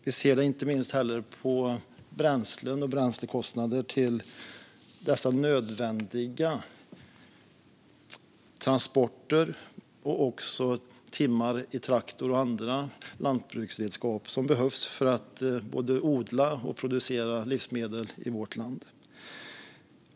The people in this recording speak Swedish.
Inte minst ser vi hur det påverkar bränslen och bränslekostnader till dessa nödvändiga transporter och timmarna i traktor och andra lantbruksredskap - det som behövs för att både odla och producera livsmedel i vårt land.